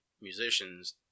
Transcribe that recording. musicians